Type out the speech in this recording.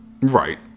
right